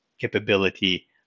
capability